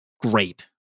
Great